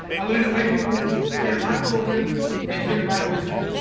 i learned that white people play a lot of poker and drink a lot of whisky,